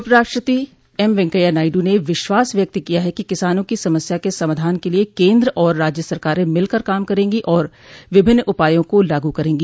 उपराष्ट्रपति एमवेंकैया नायडू ने विश्वास व्यक्त किया है कि किसानों की समस्या के समाधान के लिए केन्द्र और राज्य सरकारे मिलकर काम करेंगी और विभिन्न उपायों को लागू करेंगी